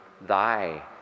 thy